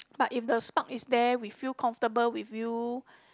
but if the spark is there we feel comfortable with you